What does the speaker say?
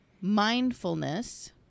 mindfulness